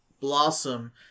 blossom